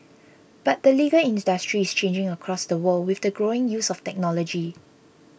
but the legal industry is changing across the world with the growing use of technology